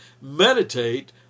meditate